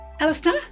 Alistair